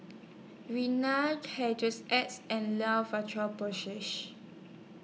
X and Porsay